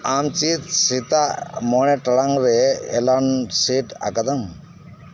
ᱟᱢ ᱪᱮᱫ ᱥᱮᱛᱟᱜ ᱢᱚᱬᱮ ᱴᱟᱲᱟᱝ ᱨᱮ ᱮᱞᱟᱢ ᱥᱮᱴ ᱟᱠᱟᱫᱟᱢ